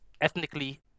ethnically